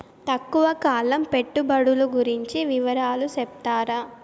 తక్కువ కాలం పెట్టుబడులు గురించి వివరాలు సెప్తారా?